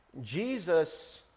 Jesus